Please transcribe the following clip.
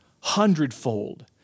Hundredfold